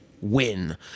win